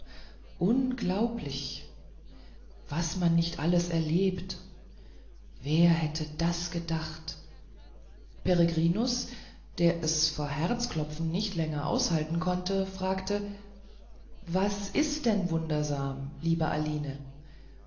unglaublich was man nicht alles erlebt wer hätte das gedacht peregrinus der es vor herzklopfen nicht länger aushalten konnte fragte was ist denn wundersam liebe aline